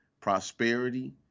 prosperity